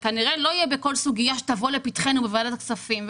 זה כנראה לא יהיה בכל סוגיה שתבוא לפתחנו בוועדתה כספים.